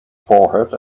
forehead